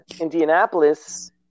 indianapolis